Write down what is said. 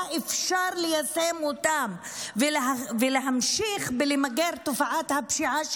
היה אפשר ליישם אותן ולהמשיך למגר את תופעת הפשיעה,